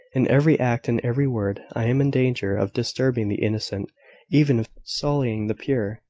in every act and every word i am in danger of disturbing the innocent even of sullying the pure,